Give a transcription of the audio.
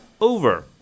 over